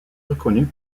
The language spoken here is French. reconnue